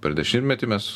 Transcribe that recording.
per dešimtmetį mes